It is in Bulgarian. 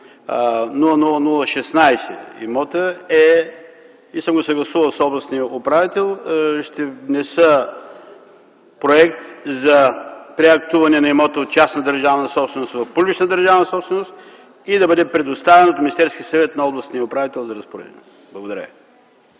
000016 е (и съм го съгласувал с областния управител), че ще внеса проект за преактуване на имота от частна държавна собственост в публична държавна собственост и да бъде предоставен от Министерския съвет на областния управител за разпореждане. Благодаря